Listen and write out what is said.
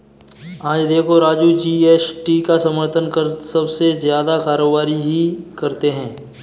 आज देखो राजू जी.एस.टी का समर्थन सबसे ज्यादा कारोबारी ही करते हैं